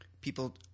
People